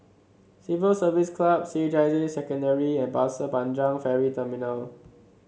Civil Service Club C H I J Secondary and Pasir Panjang Ferry Terminal